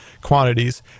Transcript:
quantities